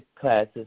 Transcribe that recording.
classes